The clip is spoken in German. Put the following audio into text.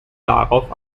darauf